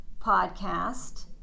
podcast